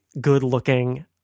good-looking